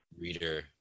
Reader